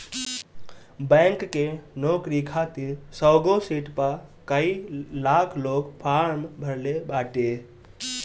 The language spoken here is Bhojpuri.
बैंक के नोकरी खातिर सौगो सिट पअ कई लाख लोग फार्म भरले बाटे